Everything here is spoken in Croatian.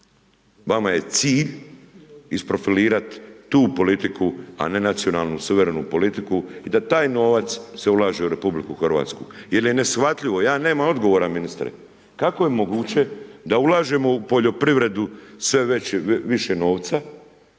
vama je cilj isprofelirati tu politiku a ne nacionalnu, suverenu politiku i da taj novac se ulaže u RH. Jer je neshvatljivo, ja nemam odgovora ministre kako je moguće da ulažemo u poljoprivredu sve više novca